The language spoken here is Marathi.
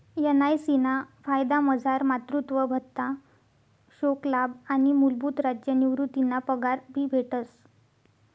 एन.आय.सी ना फायदामझार मातृत्व भत्ता, शोकलाभ आणि मूलभूत राज्य निवृतीना पगार भी भेटस